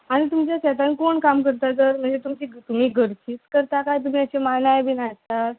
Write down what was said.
आनी तुमच्या शेतान कोण काम करता तर म्हणजे तुमी घरचीच करता काय मानाय बीन हाडटात